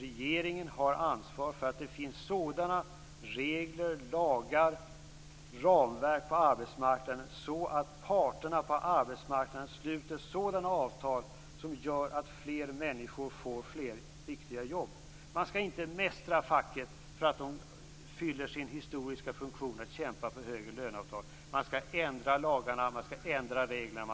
Regeringen har ansvar för att det finns sådana regler, lagar, ramverk på arbetsmarknaden så att parterna på arbetsmarknaden sluter sådana avtal som gör att fler människor får riktiga jobb. Man skall inte mästra facket för att fylla en historisk funktion att kämpa för högre löner. Man skall ändra lagarna. Man skall ändra reglerna.